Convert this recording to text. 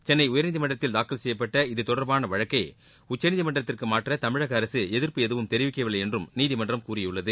சென்னை உயர்நீதிமன்றத்தில் தாக்கல் செய்யப்பட்ட இத்தொடர்பான வழக்கை உச்சநீதிமன்றத்திற்கு மாற்ற தமிழக அரசு எதிர்ப்பு எதுவும் தெரிவிக்கவில்லை என்றும் நீதிமன்றம் கூறியுள்ளது